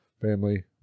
family